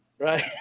Right